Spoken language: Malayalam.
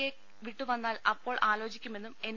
എ വിട്ടു വന്നാൽ അപ്പോൾ ആലോചിക്കുമെന്നും എൻ